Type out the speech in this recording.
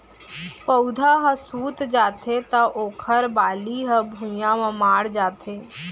पउधा ह सूत जाथे त ओखर बाली ह भुइंया म माढ़ जाथे